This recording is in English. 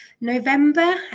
November